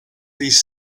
this